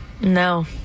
No